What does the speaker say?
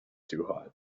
too